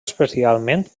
especialment